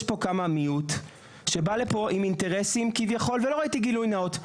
יש פה כמה מיעוט שבא לה פה עם אינטרסים כביכול ולא ראיתי גילוי נאות,